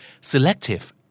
selective